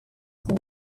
city